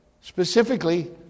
specifically